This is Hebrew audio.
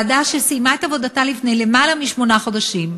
היא סיימה את עבודתה לפני יותר משמונה חודשים.